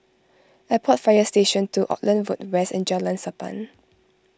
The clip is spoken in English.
Airport Fire Station two Auckland Road West and Jalan Sappan